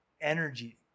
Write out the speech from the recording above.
energy